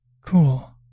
cool